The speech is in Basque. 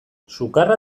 sukarra